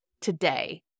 today